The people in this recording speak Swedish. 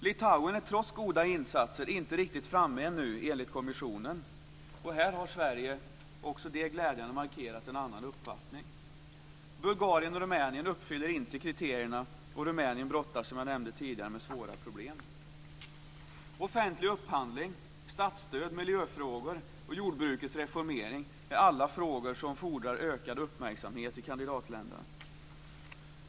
Litauen är enligt kommissionen trots goda insatser ännu inte riktigt framme. Och här har Sverige, också det glädjande, markerat en annan uppfattning. Bulgarien och Rumänien uppfyller inte kriterierna, och Rumänien brottas, som jag nämnde tidigare, med svåra problem. Offentlig upphandling, statsstöd, miljöfrågor och jordbrukets reformering är alla frågor som fordrar ökad uppmärksamhet i kandidatländerna.